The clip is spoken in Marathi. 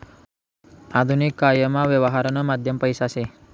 आधुनिक कायमा यवहारनं माध्यम पैसा शे